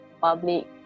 public